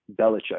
Belichick